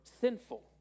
sinful